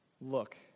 look